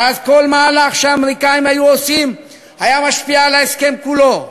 שאז כל מהלך שהאמריקאים היו עושים היה משפיע על ההסכם כולו.